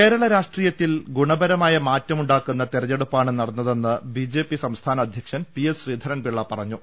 കേരള രാഷ്ട്രീയത്തിൽ ഗുണപരമായ മാറ്റം ഉണ്ടാക്കുന്ന തെരഞ്ഞെടുപ്പാണ് നടന്നതെന്ന് ബിജെപി സംസ്ഥാന അധ്യക്ഷൻ പിഎസ് ശ്രീധരൻപിള്ള പറഞ്ഞു